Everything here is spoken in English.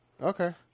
okay